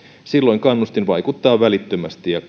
silloin kannustin vaikuttaa välittömästi ja